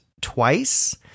twice